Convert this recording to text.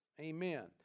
Amen